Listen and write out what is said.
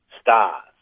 stars